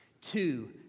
two